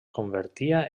convertia